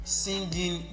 singing